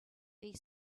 they